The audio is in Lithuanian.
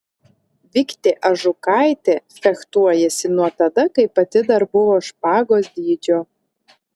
viktė ažukaitė fechtuojasi nuo tada kai pati dar buvo špagos dydžio